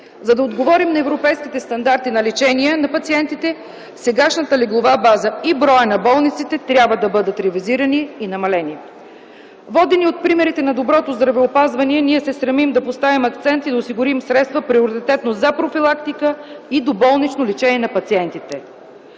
За да отговорим на европейските стандарти на лечение на пациентите, сегашната леглова база и броят на болниците трябва да бъдат ревизирани и намалени. Водени от примерите на доброто здравеопазване, ние се стремим да поставим акцент и осигурим средства приоритетно за профилактика и доболнично лечение на пациентите.